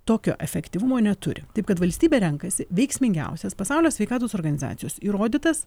tokio efektyvumo neturi taip kad valstybė renkasi veiksmingiausias pasaulio sveikatos organizacijos įrodytas